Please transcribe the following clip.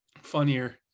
funnier